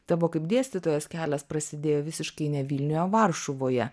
tavo kaip dėstytojos kelias prasidėjo visiškai ne vilniuj o varšuvoje